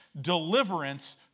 deliverance